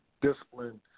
discipline